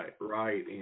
right